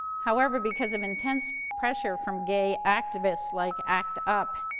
however, because of intense pressure from gay activists, like act up,